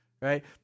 right